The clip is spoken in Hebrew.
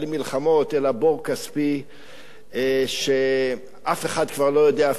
אלא בור כספי שאף אחד כבר לא יודע אפילו כמה זה.